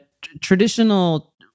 traditional